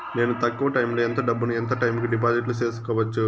నేను తక్కువ టైములో ఎంత డబ్బును ఎంత టైము కు డిపాజిట్లు సేసుకోవచ్చు?